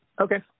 Okay